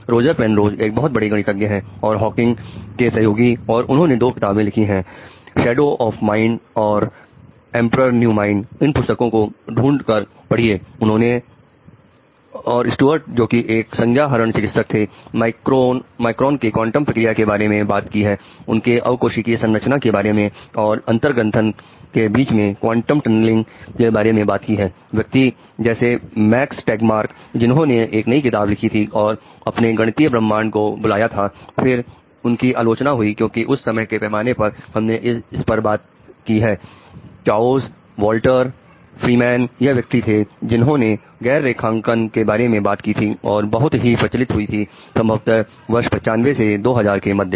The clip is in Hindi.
रोजर पेनरोज एक बहुत बड़े गणितज्ञ हैं हॉकिंग के सहयोगी और उन्होंने दो किताबें लिखी हैं शैडो ऑफ द माइंड यह व्यक्ति थे जिन्होंने गैर रेखांकन के बारे में बात की थी और जो बहुत ही प्रचलित हुई थी संभवत वर्ष 95 से 2000 के मध्य